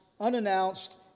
unannounced